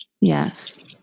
Yes